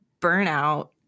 burnout